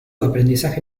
aprendizaje